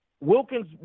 Wilkins